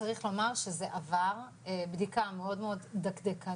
צריך לומר שזה עבר בדיקה מאוד דקדקנית